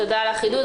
תודה על החידוד.